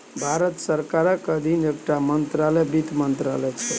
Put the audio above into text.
भारत सरकारक अधीन एकटा मंत्रालय बित्त मंत्रालय छै